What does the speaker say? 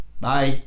Bye